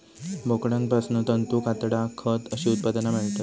बोकडांपासना तंतू, कातडा, खत अशी उत्पादना मेळतत